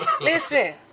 Listen